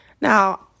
Now